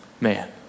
Man